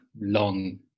long